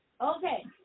Okay